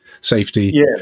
safety